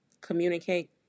communicate